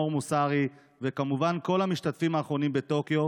מור מוסרי וכמובן כל המשתתפים האחרונים בטוקיו,